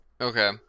Okay